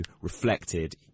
reflected